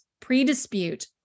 pre-dispute